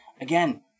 Again